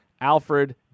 Alfred